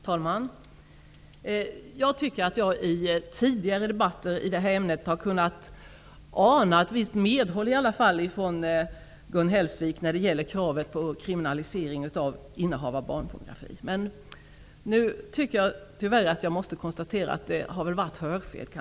Herr talman! Jag tycker att jag i tidigare debatter har kunnat ana ett visst medhåll från Gun Hellsvik när det gäller krav på kriminalisering av innehav av barnpornografi. Nu måste jag tyvärr konstatera att det har varit hörfel.